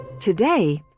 Today